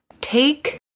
Take